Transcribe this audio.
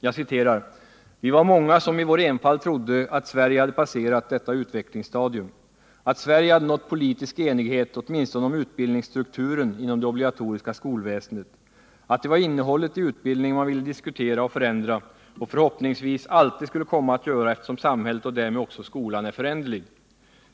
Jag citerar ur Fackläraren: ”Vi var många som i vår enfald trodde att Sverige hade passerat detta utvecklingsstadium. Att Sverige hade nått politisk enighet åtminstone om utbildningsstrukturen inom det obligatoriska skolväsendet. Att det var innehållet i utbildningen man ville diskutera och förändra och förhoppningsvis alltid skulle komma att göra eftersom samhället och därmed också skolan är föränderlig.